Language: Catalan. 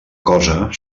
cosa